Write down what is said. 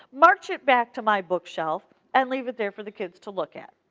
march it back to my bookshelf and leave it there for the kids to look at.